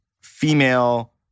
female